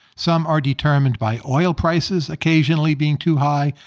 some are determined by oil prices occasionally being too high.